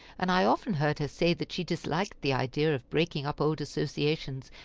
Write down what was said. and i often heard her say that she disliked the idea of breaking up old associations,